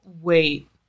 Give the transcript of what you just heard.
Wait